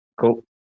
Cool